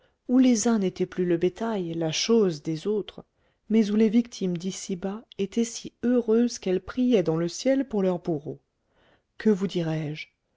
où les uns n'étaient plus le bétail la chose des autres mais où les victimes d'ici-bas étaient si heureuses qu'elles priaient dans le ciel pour leurs bourreaux que vous dirai-je